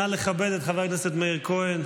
נא לכבד את חבר הכנסת מאיר כהן,